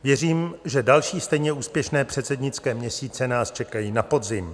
Věřím, že další stejně úspěšné předsednické měsíce nás čekají na podzim.